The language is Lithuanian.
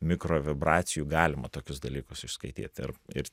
mikrovibracijų galima tokius dalykus išskaityt ir ir